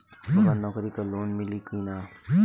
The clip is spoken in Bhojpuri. बगर नौकरी क लोन मिली कि ना?